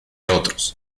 otros